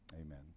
Amen